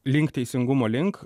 link teisingumo link